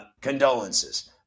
Condolences